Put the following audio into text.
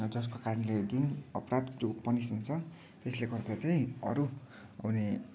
जसको कारणले जुन अपराध जो पनिसमेन्ट छ त्यसले गर्दा चाहिँ अरू आउने